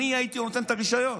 אני הייתי נותן את הרישיון.